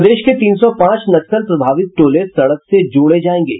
प्रदेश के तीन सौ पांच नक्सल प्रभावित टोले सड़क से जोड़े जायेंगे